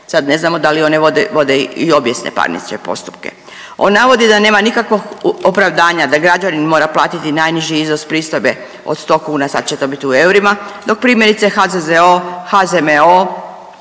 Sad ne znamo da li one vode, vode i obijesne parnične postupke. On navodi da nema nikakvog opravdanja da građanin mora platiti najniži iznos pristojbe od 100 kuna sad će to biti u eurima, dok primjerice HZZO, HZMO,